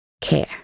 care